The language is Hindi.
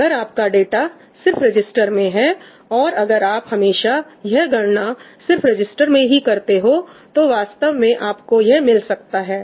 अगर आपका डाटा सिर्फ रजिस्टर्स में है और अगर आप हमेशा यह गणना सिर्फ रजिस्टर्स में ही करते हो तो वास्तव में आपको यह मिल सकता है